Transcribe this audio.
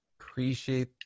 Appreciate